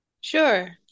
Sure